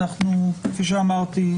כפי שאמרתי,